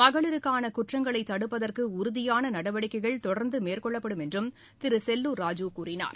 மகளிருக்கான குற்றங்களை தடுப்பதற்கு உறுதியான நடவடிக்கைகள் தொடர்ந்து மேற்கொள்ளப்படும் என்றும் திரு செல்லூர்ராஜு கூறினார்